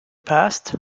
past